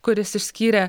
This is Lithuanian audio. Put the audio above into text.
kuris išskyrė